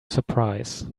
surprise